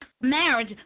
marriage